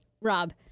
Rob